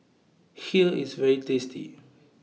Kheer IS very tasty